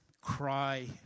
cry